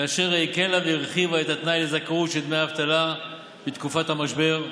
כאשר היא הקלה והרחיבה את התנאי הזכאות של דמי האבטלה בתקופת המשבר.